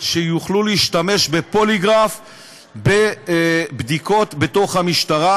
שיוכלו להשתמש בפוליגרף בבדיקות בתוך המשטרה.